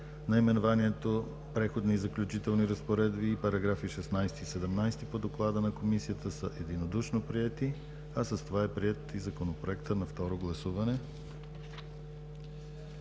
Наименованието „Преходни и заключителни разпоредби“ и параграфи 16 и 17 по доклада на Комисията са единодушно приети, а с това е приет и Законопроектът на второ гласуване.